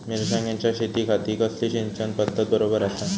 मिर्षागेंच्या शेतीखाती कसली सिंचन पध्दत बरोबर आसा?